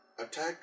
attack